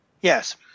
Yes